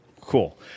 Cool